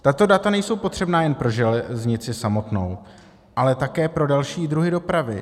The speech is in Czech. Tato data nejsou potřebná jen pro železnici samotnou, ale také pro další druhy dopravy.